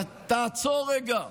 תעצור רגע,